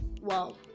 Wow